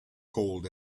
cold